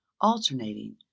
alternating